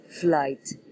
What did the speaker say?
flight